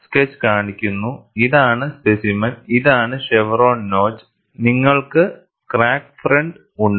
sketch കാണിക്കുന്നു ഇതാണ് specimen ഇതാണ് ഷെവ്റോൺ നാച്ച് നിങ്ങൾക്ക് ക്രാക്ക് ഫ്രണ്ട് ഉണ്ട്